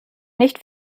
nicht